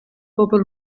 bobl